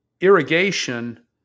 irrigation